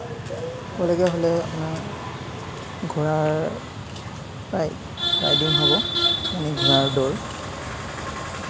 কৰিব হ'লে আপোনাৰ ঘোঁৰাৰ ৰাই ৰাইডিং হ'ব মানে ঘোঁৰাৰ দৌৰ